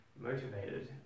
motivated